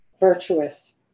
virtuous